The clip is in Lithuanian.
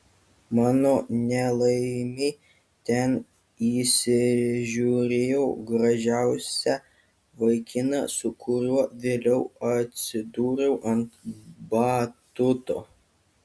mano nelaimei ten įsižiūrėjau gražiausią vaikiną su kuriuo vėliau atsidūriau ant batuto